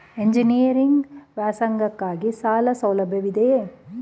Engineering ವ್ಯಾಸಂಗಕ್ಕಾಗಿ ಸಾಲ ಸೌಲಭ್ಯವಿದೆಯೇ?